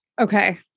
Okay